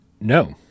No